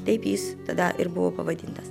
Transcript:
taip jis tada ir buvo pavadintas